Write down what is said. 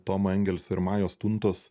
tomo engelso ir majos tuntos